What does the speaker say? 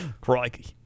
Crikey